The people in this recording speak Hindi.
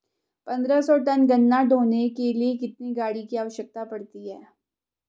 पन्द्रह सौ टन गन्ना ढोने के लिए कितनी गाड़ी की आवश्यकता पड़ती है?